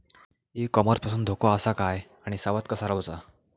E commerce पासून धोको आसा काय आणि सावध कसा रवाचा?